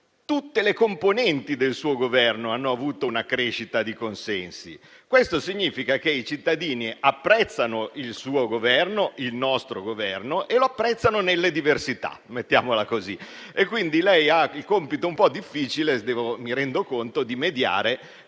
tutte le componenti del suo Governo hanno avuto una crescita di consensi. Questo significa che i cittadini apprezzano il suo, il nostro Governo e lo apprezzano nelle diversità, mettiamola così, e quindi lei ha il compito un po' difficile, mi rendo conto, di mediare